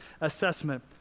assessment